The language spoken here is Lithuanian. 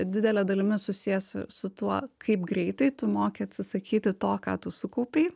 didele dalimi susijęs su tuo kaip greitai tu moki atsisakyti to ką tu sukaupei